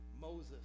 Moses